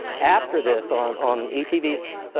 after this on on etv's